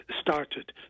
started